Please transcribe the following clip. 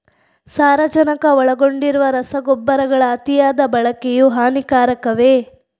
ಸಾರಜನಕ ಒಳಗೊಂಡಿರುವ ರಸಗೊಬ್ಬರಗಳ ಅತಿಯಾದ ಬಳಕೆಯು ಹಾನಿಕಾರಕವೇ?